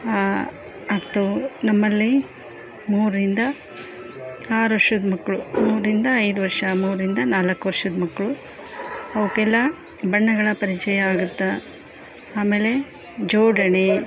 ಆಗ್ತವೆ ನಮ್ಮಲ್ಲಿ ಮೂರರಿಂದ ಆರು ವರ್ಷದ ಮಕ್ಕಳು ಮೂರರಿಂದ ಐದು ವರ್ಷ ಮೂರರಿಂದ ನಾಲ್ಕು ವರ್ಷದ ಮಕ್ಕಳು ಅವಕ್ಕೆಲ್ಲ ಬಣ್ಣಗಳ ಪರಿಚಯ ಆಗುತ್ತೆ ಆಮೇಲೆ ಜೋಡಣೆ